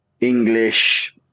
English